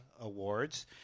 awards